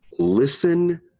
Listen